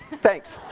thanks!